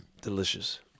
Delicious